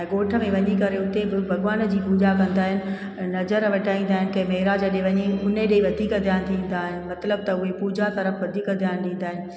ऐं घोठ में वञी करे उते भॻिवान जी पूजा कंदा आहिनि ऐं नज़र वटाईंदा आइन कंहिं मेरा जॾहिं वञे उन ॾिए वधीक ध्यानु ॾींदा आहिनि मतिलबु त उहे पूजा तर्फ़ु वधीक ध्यानु ॾींदा आइन